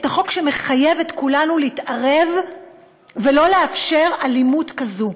החוק שמחייב את כולנו להתערב ולא לאפשר אלימות כזאת.